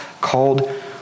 called